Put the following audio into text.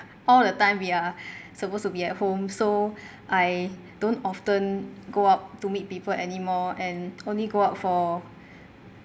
all the time we are supposed to be at home so I don't often go up to meet people anymore and only go out for